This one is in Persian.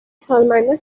سالمندان